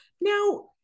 now